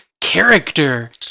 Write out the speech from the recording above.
character